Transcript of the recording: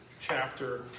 chapter